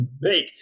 make